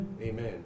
Amen